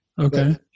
Okay